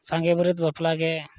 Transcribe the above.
ᱥᱟᱸᱜᱮ ᱵᱟᱹᱨᱭᱟᱹᱛ ᱵᱟᱯᱞᱟᱜᱮ